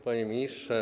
Panie Ministrze!